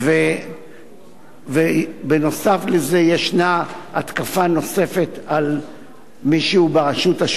בנוסף, יש התקפה נוספת על מישהו ברשות השופטת.